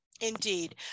Indeed